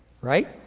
right